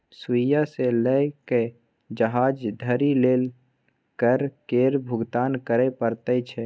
सुइया सँ लए कए जहाज धरि लेल कर केर भुगतान करय परैत छै